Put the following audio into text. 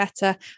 better